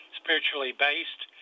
spiritually-based